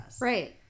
Right